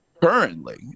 Currently